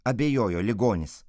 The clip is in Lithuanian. abejojo ligonis